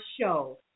show